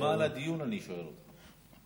למען הדיון אני שואל אותך.